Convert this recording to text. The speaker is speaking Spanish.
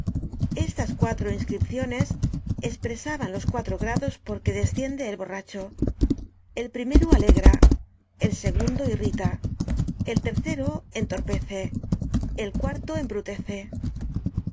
estas cuatro inscripciones espresaban los cuatro grados porque désciende el borracho el primero alegra el segundo irrita el tercero entorpece el cuarto embrutece